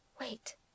Wait